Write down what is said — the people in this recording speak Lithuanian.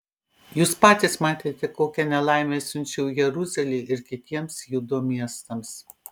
jūs patys matėte kokią nelaimę siunčiau jeruzalei ir kitiems judo miestams